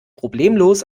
problemlos